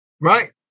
Right